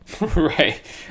Right